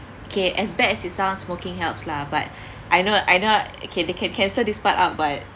kay as bad as it sounds smoking helps lah but I not I not can can cancel this part out but